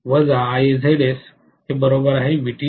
मग मी